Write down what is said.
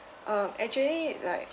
um actually like